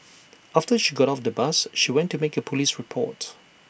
after she got off the bus she went to make A Police report